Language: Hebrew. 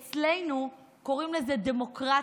אצלנו קוראים לזה דמוקרטיה,